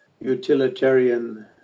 utilitarian